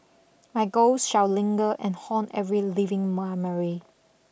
my ghost shall linger and haunt every living memory